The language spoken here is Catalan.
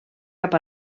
cap